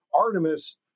Artemis